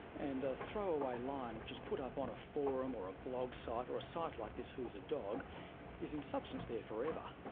and a throwaway line which is put up on a forum or a blog site or a site like this whosadog is in substance, there forever.